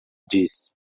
disse